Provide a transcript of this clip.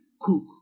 cook